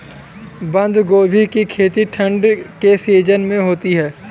बंद गोभी की खेती ठंड के सीजन में होती है